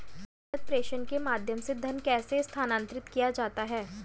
नकद प्रेषण के माध्यम से धन कैसे स्थानांतरित किया जाता है?